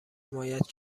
حمایت